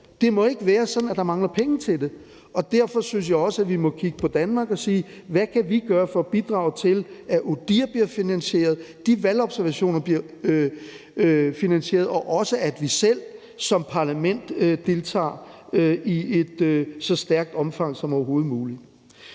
Det må ikke være sådan, at der mangler penge til det. Derfor synes jeg også, at vi må kigge på Danmark og sige, hvad vi kan gøre for at bidrage til, at ODIHR bliver finansieret, de valgobservationer bliver finansieret, og at vi også selv som parlament deltager i et så stærkt omfang som overhovedet muligt.